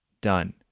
Done